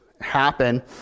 happen